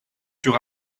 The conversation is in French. sur